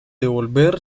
devolver